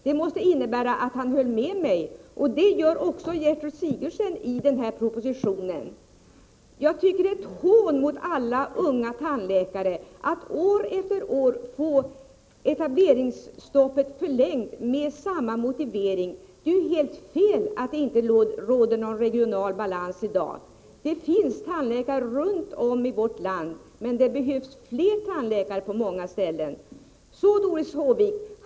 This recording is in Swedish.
Det måste innebära att han höll med mig. Det gör också Gertrud Sigurdsen i propositionen. Jag tycker att det är ett hån mot alla unga tandläkare att år efter år få etableringsstoppet förlängt med samma motivering. Det är ju helt fel att påstå att det i dag inte råder någon regional balans. Det finns tandläkare runt om i vårt land. Men det behövs flera tandläkare på många ställen.